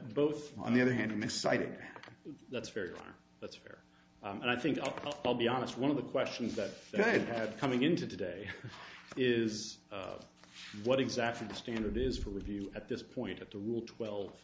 both on the other hand i'm exciting that's very clear that's fair and i think i'll be honest one of the questions that i had coming into today is what exactly the standard is for review at this point of the rule twelve